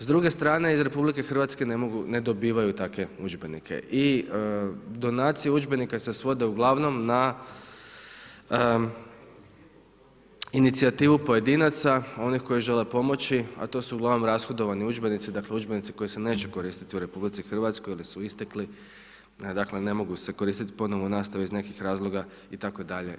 S druge strane, iz RH ne dobivaju takve udžbenike i donacije udžbenika se svode uglavnom na inicijativu pojedinaca, onih koji žele pomoći, a to su uglavnom rashodovani udžbenici, dakle udžbenici koji se neće koristi u RH ili su istekli, dakle, ne mogu se koristiti ponovo u nastavi iz nekih razloga itd.